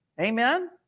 Amen